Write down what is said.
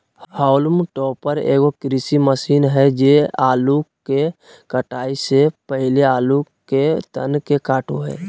haulm topper एगो कृषि मशीन हइ जे आलू के कटाई से पहले आलू के तन के काटो हइ